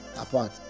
apart